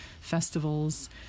festivals